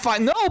No